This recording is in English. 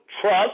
trust